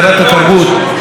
הגב' חן קדם,